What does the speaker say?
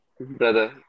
brother